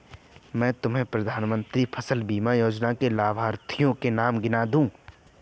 मैं तुम्हें प्रधानमंत्री फसल बीमा योजना के लाभार्थियों के नाम गिना दूँगा